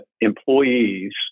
employees